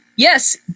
Yes